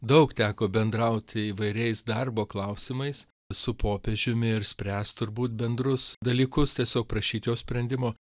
daug teko bendrauti įvairiais darbo klausimais su popiežiumi ir spręst turbūt bendrus dalykus tiesiog prašyt jo sprendimo